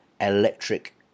electric